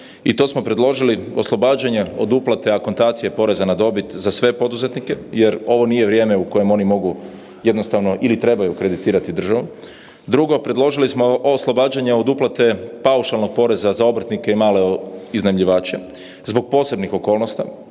i to smo predložili oslobađanje od uplate akontacije poreza na dobit za sve poduzetnike jer ovo nije vrijeme u kojem oni mogu jednostavno ili trebaju kreditirati državu. Drugo, predložili smo oslobađanje od uplate paušalnog poreza za obrtnike i male iznajmljivače zbog posebnih okolnosti